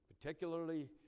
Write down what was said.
particularly